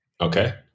Okay